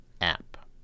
app